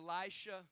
Elisha